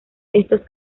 estos